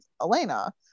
Elena